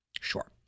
Sure